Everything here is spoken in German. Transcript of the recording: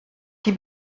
die